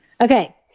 Okay